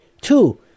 Two